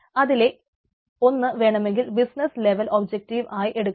അതിലെ ഒന്ന് വേണമെങ്കിൽ ബിസിനസ് ലെവൽ ഒബ്ജക്റ്റീവ് ആയി എടുക്കാം